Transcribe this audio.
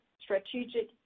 strategic